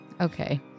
Okay